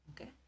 Okay